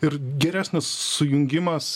ir geresnis sujungimas